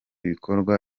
bikorwa